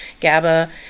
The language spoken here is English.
GABA